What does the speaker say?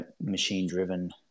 machine-driven